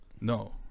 No